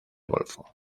golfo